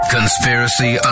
Conspiracy